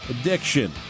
addiction